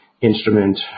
instrument